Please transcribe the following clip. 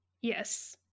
Yes